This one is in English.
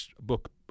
book